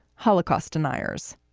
holocaust deniers.